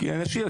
כי אנשים,